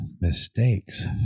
mistakes